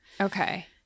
Okay